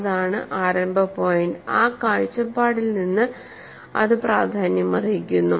അതാണ് ആരംഭ പോയിന്റ് ആ കാഴ്ചപ്പാടിൽ നിന്ന് അത് പ്രാധാന്യമർഹിക്കുന്നു